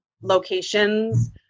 locations